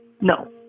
No